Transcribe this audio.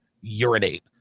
urinate